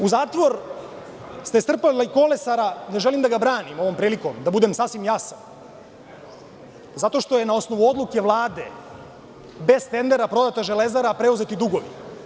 U zatvor ste strpali Kolesara, ne želim da ga branim ovom prilikom, da budem sasvim jasan, zato što je na osnovu odluke Vlade, bez tendera, prodata „Železara“, a preuzeti dugovi.